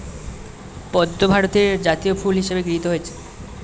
পদ্ম ভারতের জাতীয় ফুল হিসেবে গৃহীত হয়েছে